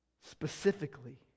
specifically